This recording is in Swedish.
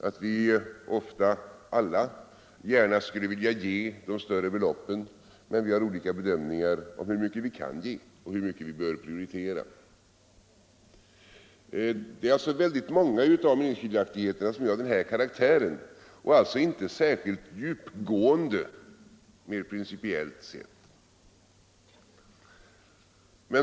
Vi skulle ofta alla gärna vilja anslå de större beloppen, men vi gör olika bedömningar av hur mycket vi kan anslå och i vilken ordning vi bör prioritera de ändamål det gäller. Det är många av meningsskiljaktigheterna som är av denna karaktär och alltså inte är särskilt djupgående, mer principiellt sett.